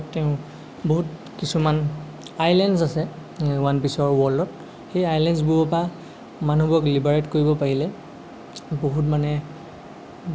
তেওঁ বহুত কিছুমান আইলেণ্ডছ আছে ওৱান পিছৰ ৱৰ্ল্ডত সেই আইলেণ্ডছবোৰৰ পৰা মানুহবোৰক লিবাৰেট কৰিব পাৰিলে বহুত মানে